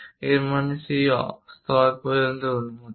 এর মানে এটি সেই স্তর পর্যন্ত অনুমোদিত